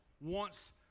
wants